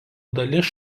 dalis